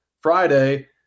Friday